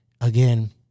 Again